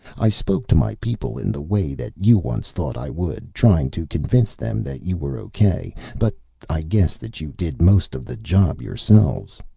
i spoke to my people in the way that you once thought i would, trying to convince them that you were okay. but i guess that you did most of the job yourselves.